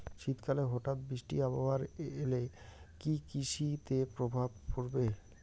শীত কালে হঠাৎ বৃষ্টি আবহাওয়া এলে কি কৃষি তে প্রভাব পড়বে?